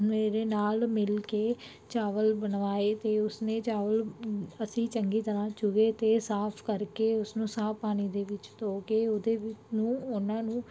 ਮੇਰੇ ਨਾਲ ਮਿਲ ਕੇ ਚਾਵਲ ਬਣਵਾਏ ਅਤੇ ਉਸਨੇ ਚਾਵਲ ਅਸੀਂ ਚੰਗੀ ਤਰ੍ਹਾਂ ਚੁਗੇ ਅਤੇ ਸਾਫ ਕਰਕੇ ਉਸ ਨੂੰ ਸਾਫ਼ ਪਾਣੀ ਦੇ ਵਿਚ ਧੋ ਕੇ ਉਹਦੇ ਨੂੰ ਉਹਨਾਂ ਨੂੰ